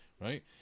right